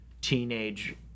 teenage